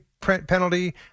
penalty